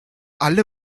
alle